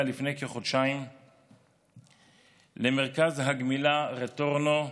לפני כחודשיים למרכז הגמילה "רטורנו",